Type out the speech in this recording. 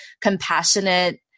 compassionate